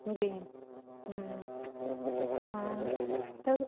जी हाँ तब